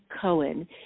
Cohen